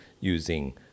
using